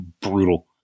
brutal